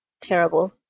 terrible